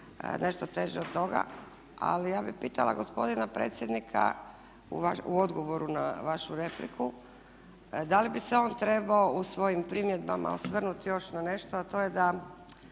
nešto teže od toga. Ali ja bih pitala gospodina predsjednika u odgovoru na vašu repliku da li bi se on trebao u svojim primjedbama osvrnuti još na nešto a to je da